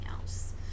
else